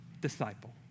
disciple